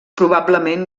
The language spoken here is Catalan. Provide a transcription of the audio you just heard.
probablement